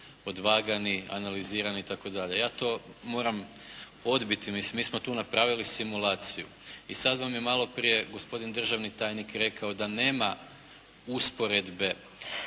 odvagani, analizirani itd. Ja to moram odbiti. Mislim, mi smo tu napravili simulaciju i sad vam je malo prije gospodin državni tajnik rekao da nema usporedbe